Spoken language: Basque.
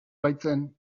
baitzen